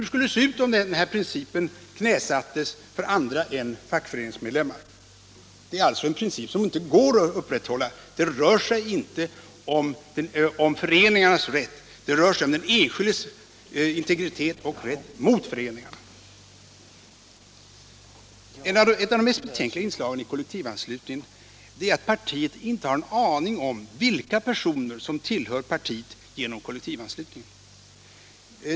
Hur skulle det se ut om den här principen knäsattes för andra än fackföreningsmedlemmar? Det är alltså en princip som inte går att upprätthålla. Det rör sig inte om föreningarnas rätt utan om den enskildes integritet och rätt emot föreningarna. Ett av de mest betänkliga inslagen i kollektivanslutningen är att partiet inte har en aning om vilka personer som tillhör partiet genom kollektivanslutningen.